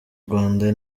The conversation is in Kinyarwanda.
rwanda